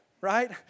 right